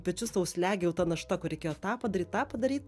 pečius slegia jau ta našta kur reikėjo tą padaryt tą padaryt